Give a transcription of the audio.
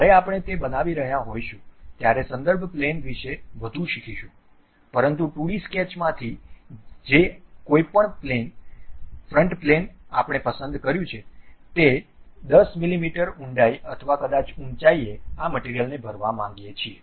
જ્યારે આપણે તે બનાવી રહ્યા હોઇશું ત્યારે સંદર્ભ પ્લેન વિશે વધુ શીખીશું પરંતુ 2D સ્કેચમાંથી જે કોઈપણ પ્લેન ફ્રન્ટ પ્લેન આપણે પસંદ કર્યું છે તે 10 મીમી ઊંડાઈ અથવા કદાચ ઊંચાઇએ આ મટીરીયલ ને ભરવા માંગીએ છીએ